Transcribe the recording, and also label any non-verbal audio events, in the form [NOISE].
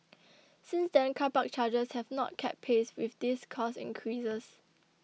[NOISE] since then car park charges have not kept pace with these cost increases